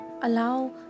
allow